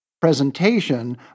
presentation